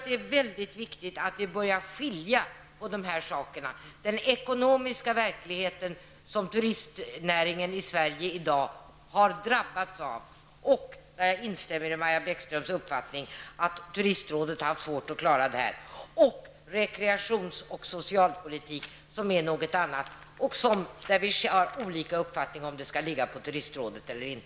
Det är mycket viktigt att vi börjar skilja på den ekonomiska verklighet som turistnäringen i Sverige i dag har drabbats av -- jag instämmer i Maja Bäckströms uppfattning att turistrådet har haft svårt att klara av detta -- och rekreations och socialpolitik, som somliga av oss inte anser skall ligga på turistrådet.